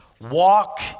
walk